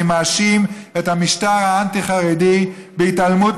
אני מאשים את המשטר האנטי-חרדי בהתעלמות